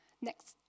Next